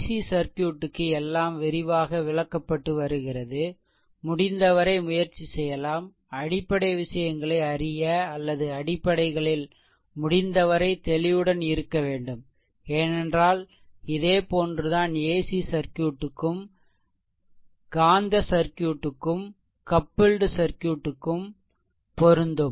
C circuit க்கு எல்லாம் விரிவாக விளக்கப்பட்டு வருகிறது முடிந்தவரை முயற்சி செய்யலாம் அடிப்படை விஷயங்களை அறிய அல்லது அடிப்படைகளில் முடிந்தவரை தெளிவுடன் இருக்க வேண்டும்ஏனென்றால் இதேபோன்றுதான் ஏசி சர்க்யூட் க்கும் காந்த சர்க்யூட் க்கு கப்ல்டு சர்க்யூட் க்கு கூட இது பொருந்தும்